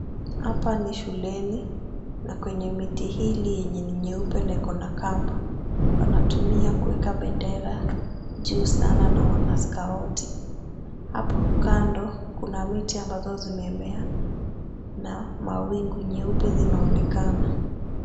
Hapa ni shuleni, na kwenye miti hili yenye ni nyeupe na iko na kamba. Wanatumia kuweka bendera juu sana na wanaskauti .Hapo kando kuna miti ambazo zimemea na mawingu nyeupe zinaonekana.